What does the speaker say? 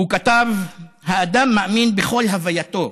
הוא כתב: "אדם מאמין בכל הווייתו